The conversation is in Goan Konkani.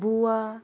बूवा